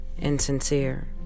insincere